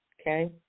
okay